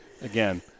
again